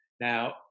Now